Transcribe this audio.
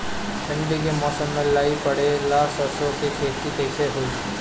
ठंडी के मौसम में लाई पड़े ला सरसो के खेती कइसे होई?